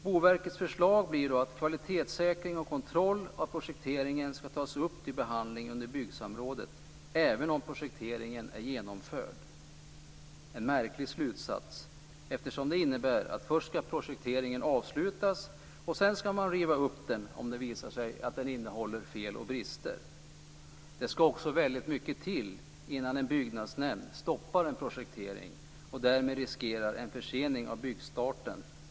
Boverkets förslag blir då att kvalitetssäkring och kontroll av projekteringen skall tas upp till behandling under byggsamrådet - även om projekteringen är genomförd. Det är en märklig slutsats, eftersom den innebär att projekteringen först skall avslutas, och sedan skall man riva upp den om det visar sig att den innehåller fel och brister. Det skall också väldigt mycket till innan en byggnadsnämnd stoppar en projektering och därmed riskerar en försening av byggstarten.